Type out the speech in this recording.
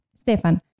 stefan